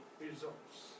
results